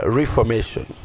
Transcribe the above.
reformation